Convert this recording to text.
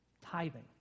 tithing